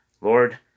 Lord